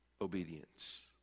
obedience